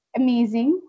amazing